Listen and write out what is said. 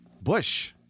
Bush